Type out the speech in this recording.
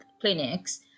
clinics